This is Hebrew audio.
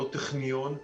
לא טכניון,